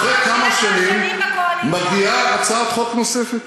אחרי כמה שנים מגיעה הצעת חוק נוספת,